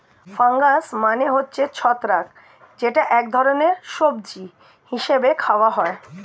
fungus মানে হচ্ছে ছত্রাক যেটা এক ধরনের সবজি হিসেবে খাওয়া হয়